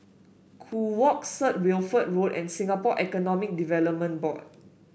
Kew Walk Set Wilfred Road and Singapore Economic Development Board